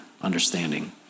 understanding